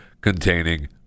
containing